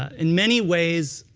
in many ways,